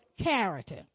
character